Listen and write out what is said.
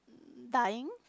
dying